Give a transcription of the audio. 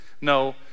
No